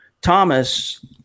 Thomas